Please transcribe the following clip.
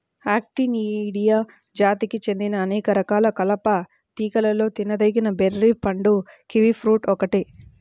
Actinidia జాతికి చెందిన అనేక రకాల కలప తీగలలో తినదగిన బెర్రీ పండు కివి ఫ్రూట్ ఒక్కటే